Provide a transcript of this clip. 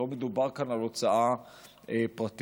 לא מדובר כאן על הוצאה פרטית.